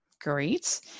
great